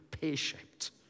pear-shaped